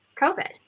COVID